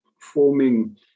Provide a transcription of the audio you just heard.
forming